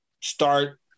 start